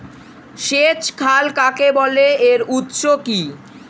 সেচ খাল কাকে বলে এর উৎস কি?